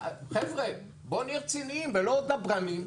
חבר'ה, בואו נהיה רציניים ולא דברנים.